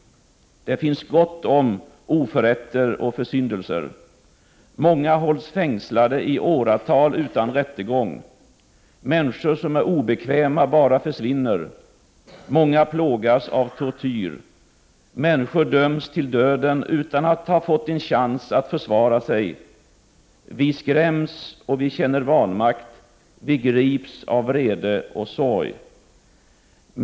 Det finns gott om oförrätter och försyndelser. Många hålls fängslade i åratal utan rättegång. Människor som är obekväma bara försvinner. Många plågas av tortyr. Människor döms till döden utan att ha fått en chans att försvara sig. Vi skräms och vi känner vanmakt. Vi grips av vrede och sorg.